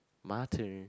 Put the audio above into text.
mutton